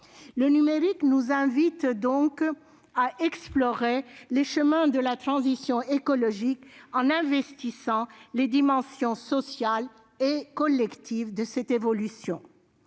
Le numérique nous invite donc à explorer les chemins de la transition écologique en prenant en compte les dimensions sociales et collectives de cette évolution.